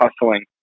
hustling